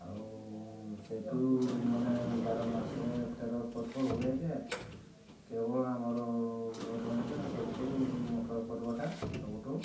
ଆଉ ସେଇଠୁ ମାନେ ବାର ମାସରେ ତେର ପର୍ବ ହୁଏ ଯେ କେବଳ ଆମର ମୟୂରଭଞ୍ଜରେ ସବୁଠୁ ମକର ପର୍ବଟା ସବୁଠୁ